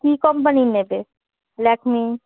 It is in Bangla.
কী কম্পানির নেবে ল্যাকমে